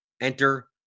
enter